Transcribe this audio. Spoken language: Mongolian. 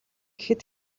гэхэд